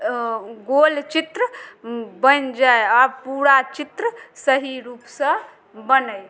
गोल चित्र बनि जाइ आओर पूरा चित्र सही रूपसँ बनय